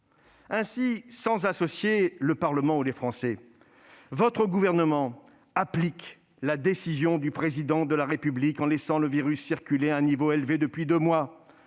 Ainsi, sans y associer le Parlement ou les Français, votre gouvernement applique la décision du Président de la République en laissant le virus circuler à un niveau élevé depuis deux mois.